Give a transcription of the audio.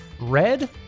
Red